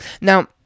Now